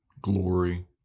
Glory